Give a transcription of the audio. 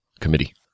committee